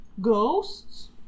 ghosts